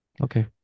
Okay